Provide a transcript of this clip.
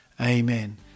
Amen